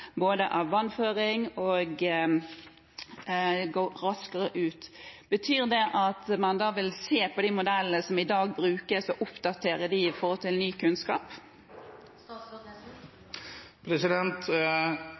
både påvirkes av vannføring og går raskere ut. Betyr det at man da vil se på de modellene som brukes i dag, og oppdatere dem i forhold til ny kunnskap?